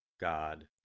God